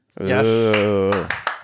Yes